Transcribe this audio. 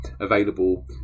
available